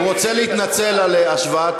הוא רוצה להתנצל על השוואת